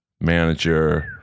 manager